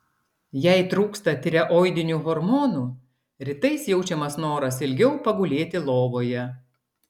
jei trūksta tireoidinių hormonų rytais jaučiamas noras ilgiau pagulėti lovoje